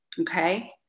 okay